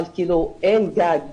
אין גג.